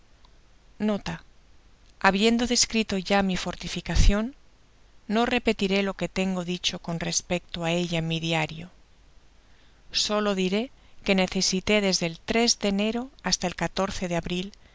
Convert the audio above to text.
habiendo descrito ya mi forlificacien no repetiré lo que tengo dicho con respecto ella en mi diario solo diré que necesitó desde el tres de enero hasta el de abril